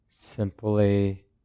simply